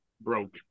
broke